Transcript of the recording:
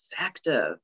effective